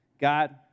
God